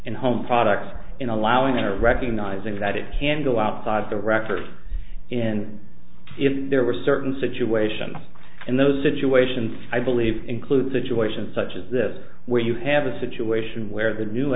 in home products in allowing them to recognizing that it can go outside the record in if there were certain situations and those situations i believe include situations such as this where you have a situation where the new